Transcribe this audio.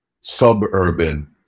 suburban